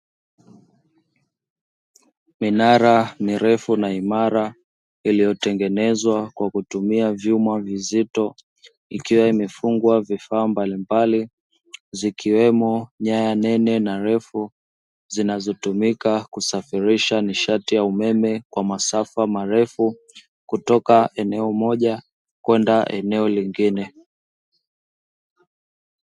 Minara mirefu na imara iliyotengenezwa kwa kutumia vyuma vizito ikiwa imefungwa vifaa mbalimbali, zikiwemo nyaya nene na refu zinazotumika kusafirisha nishati ya umeme kwa masafa marefu kutoka eneo moja kwenda eneo lingine.